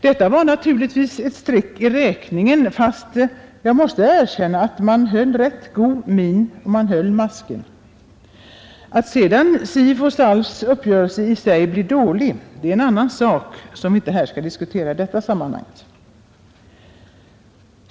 Detta var naturligtvis ett streck i räkningen, fastän jag måste erkänna att man höll rätt god min — man höll masken. Att sedan SIF:s och SALF:s uppgörelse i sig blev dålig är en annan sak som vi inte skall diskutera i detta sammanhang.